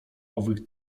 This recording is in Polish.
owych